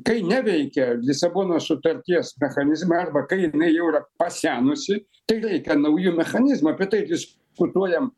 kai neveikia lisabonos sutarties mechanizmai arba kai jinai jau yra pasenusi tai reikia naujų mechanizmų apie tai diskutuojam